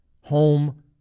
home